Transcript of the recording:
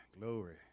Glory